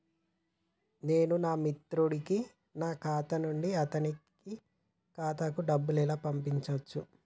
నేను నా మిత్రుడి కి నా ఖాతా నుండి అతని ఖాతా కు డబ్బు ను ఎలా పంపచ్చు?